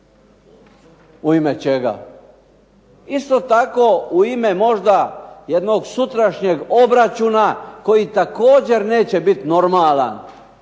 U ime čega? Isto tako u ime možda jednog sutrašnjeg obračuna koji također neće biti normalan